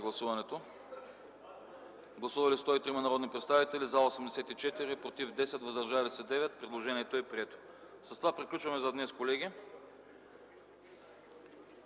Спасова. Гласували 103 народни представители: за 84, против 10, въздържали се 9. Предложението е прието. С това приключваме за днес, колеги.